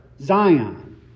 Zion